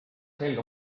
selga